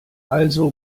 also